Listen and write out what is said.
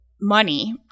money